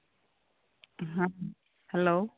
ᱦᱮᱸ ᱦᱮᱞᱳ